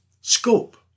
scope